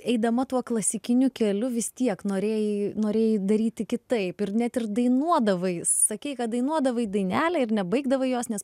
eidama tuo klasikiniu keliu vis tiek norėjai norėjai daryti kitaip ir net ir dainuodavai sakei kad dainuodavai dainelę ir nebaigdavai jos nes